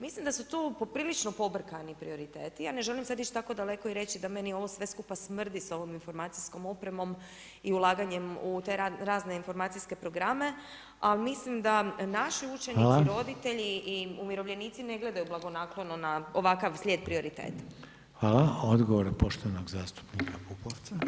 Mislim da su tu poprilično pobrkani prioriteti, ja ne želim sad ići tako daleko i reći da meni ovo sve skupa smrdi s ovom informacijskom opremom i ulaganjem i te razne informacijske programe, ali mislim da naši učenici, roditelji i umirovljenici ne gledaju blagonaklono na ovakav slijed prioriteta.